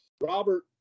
Robert